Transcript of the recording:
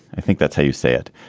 i think that's how you say it,